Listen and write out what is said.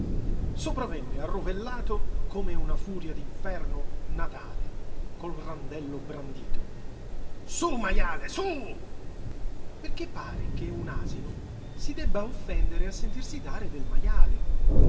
poteva piú sopravvenne arrovellato come una furia d'inferno natale col randello brandito sú majale sú perché pare che un asino si debba offendere a sentirsi dare del majale